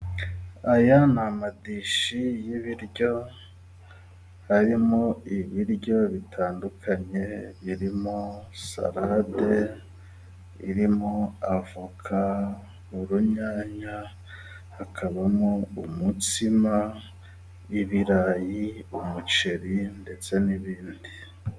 Aya ni amadishi y'ibiryo harimo ibiryo bitandukanye birimo: salade, irimo avoka, urunyanya, hakabamo umutsima w'ibirayi, umuceri, ndetse n'ibindi.